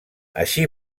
així